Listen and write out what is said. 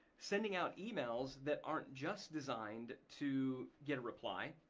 sending out emails that aren't just designed to get a reply.